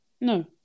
No